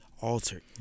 altered